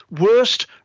worst